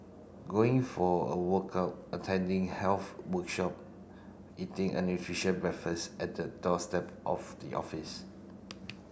going for a workout attending health workshop eating an nutritious breakfast at the doorstep of the office